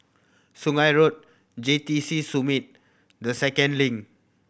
Sungei Road J T C Summit The Second Link